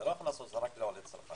אתה לא יכול לעשות את זה רק לעולי צרפת.